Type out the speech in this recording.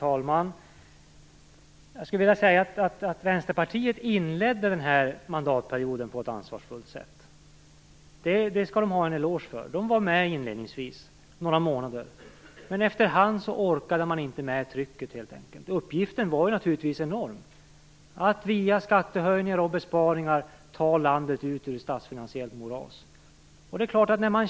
Herr talman! Vänsterpartiet inledde denna mandatperiod på ett ansvarsfullt sätt. Det skall man ha en eloge för. Vänsterpartiet var med några månader, men efter hand orkade man helt enkelt inte med trycket. Uppgiften att via skattehöjningar och besparingar ta landet ur ett statsfinansiellt moras var naturligtvis enorm.